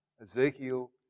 Ezekiel